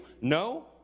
No